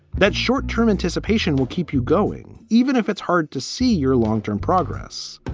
that short term anticipation will keep you going, even if it's hard to see your long term progress.